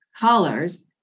colors